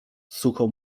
sucho